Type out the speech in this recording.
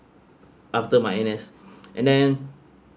after my N_S and then